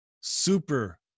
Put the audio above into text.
super